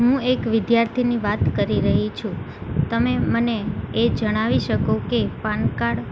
હું એક વિદ્યાર્થિની વાત કરી રહી છું તમે મને એ જણાવી શકો કે પાનકાર્ડ